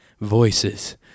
voices